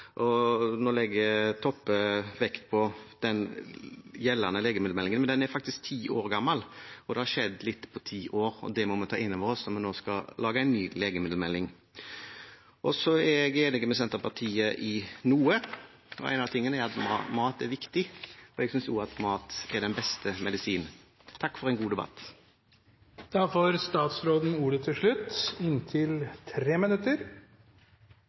Nå legger Toppe vekt på den gjeldende legemiddelmeldingen. Men den er faktisk ti år gammel, og det har skjedd litt på ti år. Det må vi ta inn over oss når vi skal lage en ny legemiddelmelding. Så er jeg enig med Senterpartiet i noe. Én av de tingene er at mat er viktig, og jeg synes også at mat er den beste medisin. Takk for en god